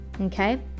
okay